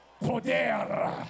Poder